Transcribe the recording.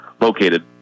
located